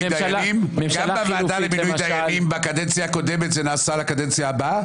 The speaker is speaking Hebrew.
דיינים בקדנציה הקודמת זה נעשה לקדנציה הבאה?